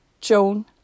Joan